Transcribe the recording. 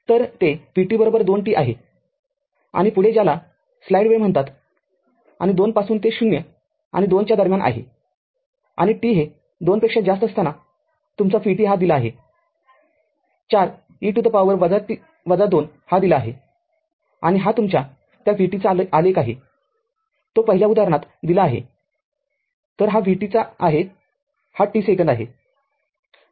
तरते vt२t आहे आणि पुढे ज्याला स्लाईड वेळ म्हणतात आणि २ पासून ते ० आणि २च्या दरम्यान आहे आणि t हे २ पेक्षा जास्त असताना तुमचा vt हा दिला आहे४ e to the power t २ हा दिला आहे आणि हा तुमच्या त्या vt चा आलेख आहे तो पहिल्या उदाहरणात दिला आहेतर हा vt चा आहे हा t सेकंद आहे